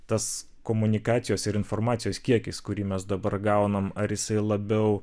tas komunikacijos ir informacijos kiekis kurį mes dabar gaunam ar jisai labiau